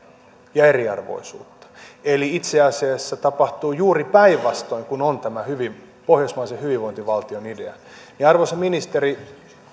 ja eriarvoisuutta eli itse asiassa tapahtuu juuri päinvastoin kuin on tämä pohjoismaisen hyvinvointivaltion idea arvoisa ministeri